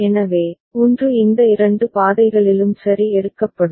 எனவே ஒன்று இந்த இரண்டு பாதைகளிலும் சரி எடுக்கப்படும்